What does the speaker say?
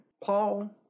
Paul